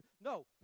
No